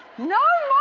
no